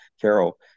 Carol